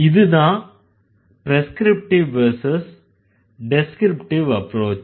இதுதான் prescriptive versus descriptive approach